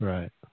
Right